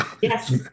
Yes